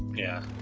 yeah